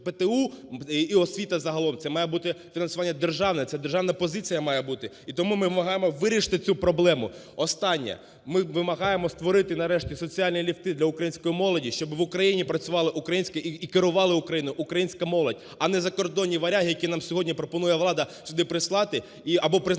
ПТУ і освіта загалом, це має бути фінансування державне, це державна позиція має бути, і тому ми вимагаємо вирішити цю проблему. Останнє. Ми вимагаємо створити нарешті соціальні люфти для української молоді, щоб в Україні працювали і керувала Україною українська молодь. А не закордонні варяги, які нам сьогодні пропонує влада сюди прислати або призначати